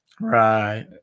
Right